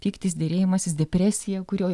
pyktis derėjimasis depresija kurio